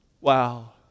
Wow